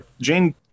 jane